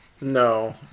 No